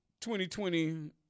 2020